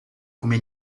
come